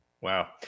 wow